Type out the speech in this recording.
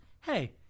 Hey